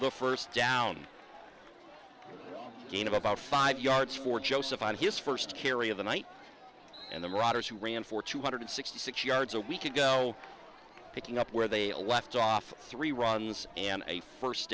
the first down again about five yards for joseph on his first carry of the night and the riders who ran for two hundred sixty six yards a week ago picking up where they left off three runs and a first